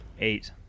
eight